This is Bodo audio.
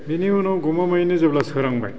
बिनि उनाव गमामायैनो जेब्ला सोरांबाय